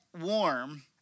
warm